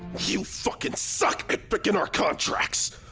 you fuckin' suck at picking our contracts!